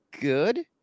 good